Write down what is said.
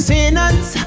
Sinners